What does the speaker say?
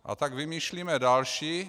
A tak vymýšlíme další.